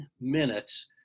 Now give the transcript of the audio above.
minutes